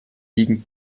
liegen